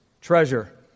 Treasure